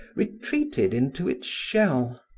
retreated into its shell.